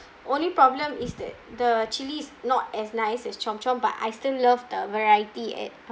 only problem is that the chilli is not as nice as chomp chomp but I still loved the variety at